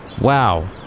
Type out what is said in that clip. Wow